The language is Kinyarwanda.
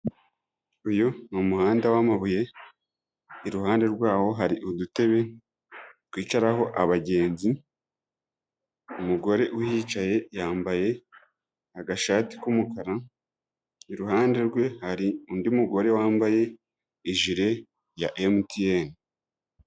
Uyu ni umuhanda w'amabuye, iruhande rwawo hari udutebe twicaraho abagenzi, umugore uhicaye yambaye agashati k'umukara, iruhande rwe hari undi mugore wambaye ijire ya Emutiyene.